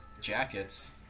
Jackets